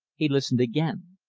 he listened again.